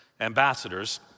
ambassadors